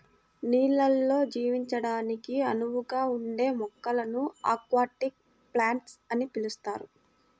నీళ్ళల్లో జీవించడానికి అనువుగా ఉండే మొక్కలను అక్వాటిక్ ప్లాంట్స్ అని పిలుస్తారు